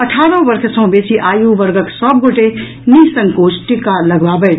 अठारह वर्ष सँ बेसी आयु वर्गक सभ गोटे निःसंकोच टीका लगबावथि